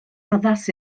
addas